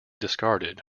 discarded